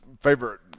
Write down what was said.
favorite